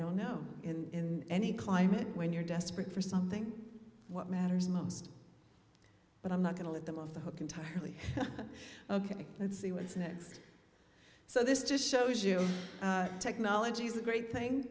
don't know in any climate when you're desperate for something what matters most but i'm not going to let them off the hook entirely ok let's see what's next so this just shows you technology is a great thing